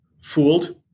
fooled